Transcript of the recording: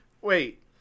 Wait